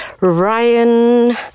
Ryan